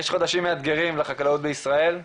יש חודשים מאתגרים לחקלאות בישראל.